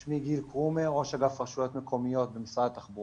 אני ראש אגף רשויות מקומיות במשרד התחבורה.